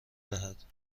دهد